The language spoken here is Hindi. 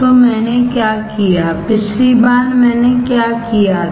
तो मैंने क्या किया पिछली बार मैंने क्या किया था